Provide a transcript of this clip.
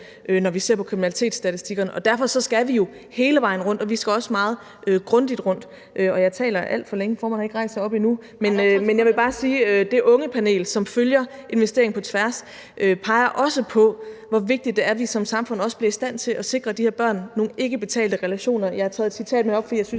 når vi ser på kriminalitetsstatistikkerne. Derfor skal vi jo hele vejen rundt, og vi skal også meget grundigt rundt. Jeg taler alt for længe – formanden har ikke rejst sig op endnu – men jeg vil bare sige: Det ungepanel, som følger »Investering i efterværn«, peger også på, hvor vigtigt det er, at vi som samfund også bliver i stand til at sikre de her børn med nogle ikkebetalte relationer. Jeg har taget et citat med op, for jeg synes,